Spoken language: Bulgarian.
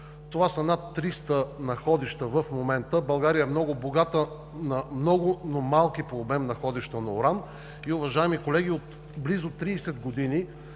Това са над 300 находища в момента. България е много богата на много, но малки по обем находища на уран и, уважаеми колеги, от близо 30 години